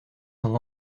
son